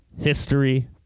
history